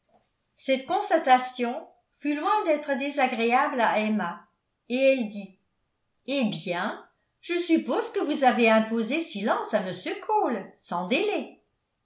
cette constatation fut loin d'être désagréable à emma et elle dit eh bien je suppose que vous avez imposé silence à m cole sans délai